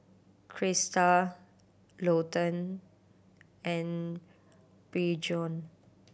Krysta Lawton and Bjorn